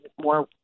more